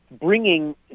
bringing